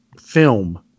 film